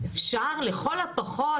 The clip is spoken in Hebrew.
אפשר לכל הפחות,